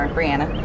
Brianna